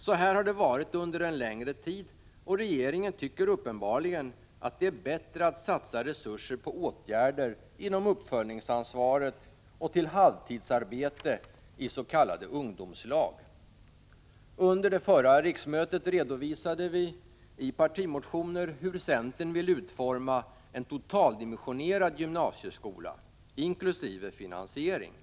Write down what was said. Så här har det varit under en längre tid, och regeringen tycker uppenbarligen att det är bättre att satsa resurserna på åtgärder inom uppföljningsansvaret och på halvtidsarbete i s.k. ungdomslag. Under det förra riksmötet redovisade vi i partimotioner hur centern vill utforma en totaldimensionerad gymnasieskola. Vi redovisade också hur vi tänkte oss att den skulle finansieras.